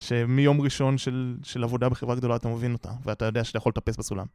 שמיום ראשון של עבודה בחברה גדולה אתה מבין אותה, ואתה יודע שאתה יכול לטפס בסולם.